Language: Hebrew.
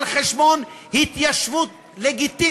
על חשבון התיישבות לגיטימית,